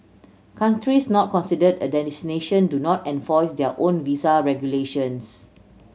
countries not considered a destination do not enforce their own visa regulations